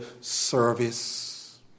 service